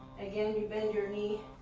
again, you bend your knee,